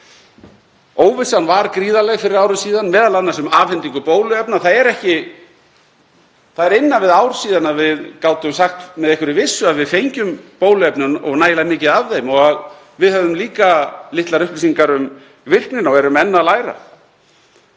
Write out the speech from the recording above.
Óvissan var gríðarleg fyrir ári síðan, m.a. um afhendingu bóluefna. Það er innan við ár síðan við gátum sagt með einhverri vissu að við fengjum bóluefnin og nægilega mikið af þeim. Við höfðum líka litlar upplýsingar um virknina og erum enn að læra.